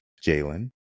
Jalen